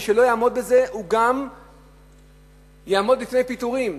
מי שלא יעמוד בזה גם יעמוד בפני פיטורין,